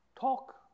talk